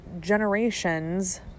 generations